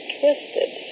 twisted